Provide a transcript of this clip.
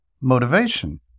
motivation